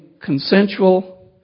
consensual